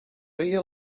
feia